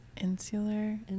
insular